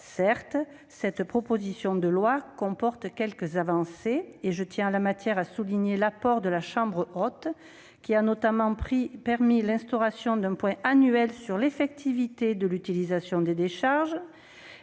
Certes, cette proposition de loi comporte quelques avancées, et je tiens en la matière à souligner l'apport de la chambre haute, qui a notamment permis l'instauration d'un point annuel sur l'effectivité de l'utilisation des décharges